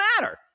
matter